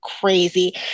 crazy